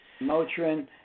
Motrin